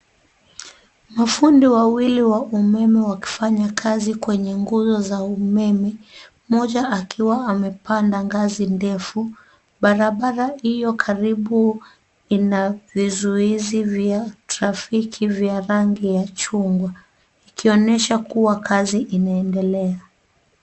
Mafundi wawili wa umeme wakifanya kazi kwenye nguzo za umeme, mmoja akiwa amepanda ngazi ndefu. Barabara hio karibu ina vizuizi vya trafiki vya rangi ya chungwa ikionyesha kuwa kazi inaendelea.